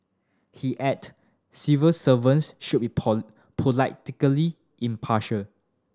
he add civil servants should be pone politically impartial